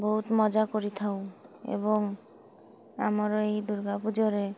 ବହୁତ ମଜା କରିଥାଉ ଏବଂ ଆମର ଏଇ ଦୁର୍ଗା ପୂଜାରେ